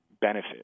benefit